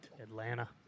Atlanta